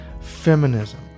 feminism